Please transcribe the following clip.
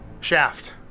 Shaft